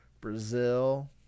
Brazil